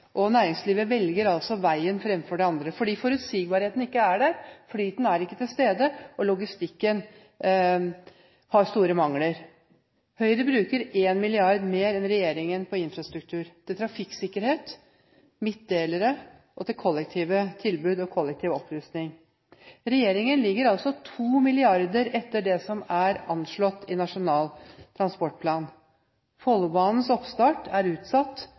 vei. Næringslivet velger veien fremfor noe annet fordi forutsigbarheten ikke er der, flyten er ikke til stede, og logistikken har store mangler. Høyre bruker 1 mrd. kr mer enn regjeringen på infrastruktur, til trafikksikkerhet, midtdelere og til kollektivtilbud og kollektiv opprusting. Regjeringen ligger altså 2 mrd. kr etter det som er anslått i Nasjonal transportplan. Follobanens oppstart er utsatt,